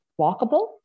walkable